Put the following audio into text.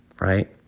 right